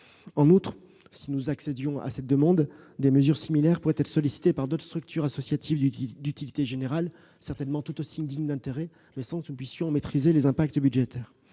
En outre, si nous accédions à cette demande, des mesures similaires pourraient être sollicitées par d'autres structures associatives d'utilité générale, certainement tout aussi dignes d'intérêt, sans que nous puissions en maîtriser les impacts budgétaires.